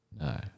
No